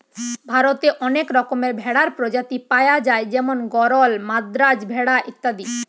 ভারতে অনেক রকমের ভেড়ার প্রজাতি পায়া যায় যেমন গরল, মাদ্রাজ ভেড়া ইত্যাদি